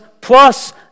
plus